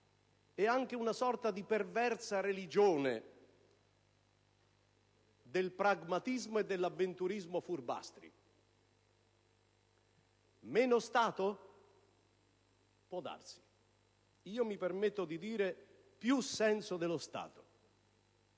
e anche una sorta di perversa religione del pragmatismo e dell'avventurismo furbastri. Meno Stato? Può darsi; io mi permetto di dire: più senso dello Stato.